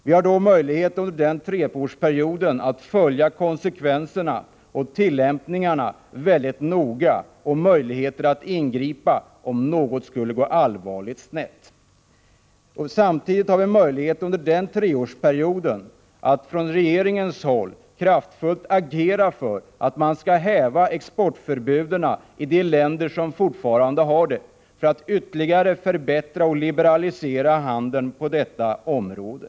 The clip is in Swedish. Vi har då möjlighet att under den perioden följa konsekvenserna och tillämpningarna väldigt noga och möjligheter att ingripa om något skulle gå allvarligt snett. Samtidigt har den svenska regeringen under den treårsperioden möjlighet att kraftfullt agera för att exportförbuden skall hävas i de länder som fortfarande har sådana, för att ytterligare förbättra och liberalisera handeln på detta område.